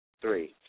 Three